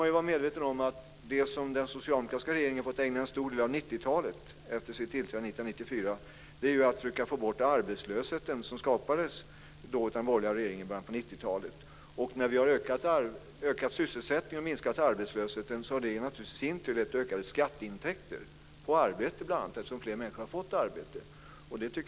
Man ska vara medveten om att det den socialdemokratiska regeringen har fått ägna en stor del av 90 talet åt, efter det att den tillträdde år 1994, är att försöka få bort den arbetslöshet som skapades av den borgerliga regeringen i början på 90-talet. När vi har ökat sysselsättningen och minskat arbetslösheten har det naturligtvis i sin tur lett till ökade skatteintäkter på bl.a. arbete, eftersom fler människor har fått arbete.